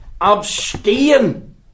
abstain